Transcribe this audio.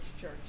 church